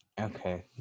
okay